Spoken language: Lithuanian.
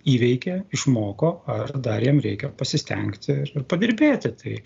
įveikė išmoko ar dar jam reikia pasistengti ir padirbėti tai